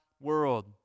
world